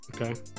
Okay